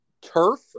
turf